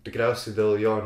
tikriausiai dėl jo